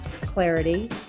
clarity